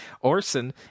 Orson